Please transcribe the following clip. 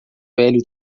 velho